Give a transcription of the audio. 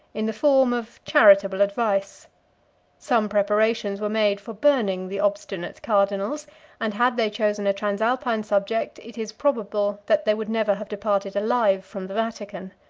in the form of charitable advice some preparations were made for burning the obstinate cardinals and had they chosen a transalpine subject, it is probable that they would never have departed alive from the vatican.